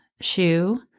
shoe